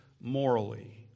morally